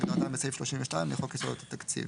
כהגדרתם בסעיף 32 לחוק יסודות התקציב.